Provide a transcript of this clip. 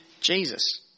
jesus